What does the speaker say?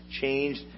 Changed